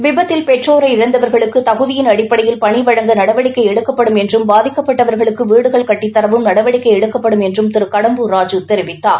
விபத்தில் பெற்றோரை இழந்தவர்களுக்கு தகுதியின் அடிப்படையில் பணி வழங்க நடவடிக்கை எடுக்கப்படும் என்றும் பாதிக்கப்பட்டவர்களுக்கு வீடுகள் கட்டித்தரவும் நடவடிக்கை எடுக்கப்படும் என்றும் திரு கடம்பூர் ராஜு தெரிவித்தார்